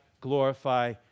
glorify